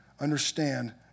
understand